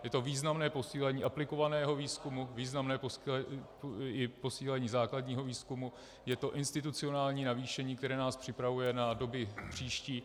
Je to významné posílení aplikovaného výzkumu, významné posílení i základního výzkumu, je to institucionální navýšení, které nás připravuje na doby příští.